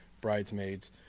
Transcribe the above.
Bridesmaids